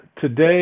Today